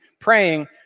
praying